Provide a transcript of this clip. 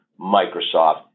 Microsoft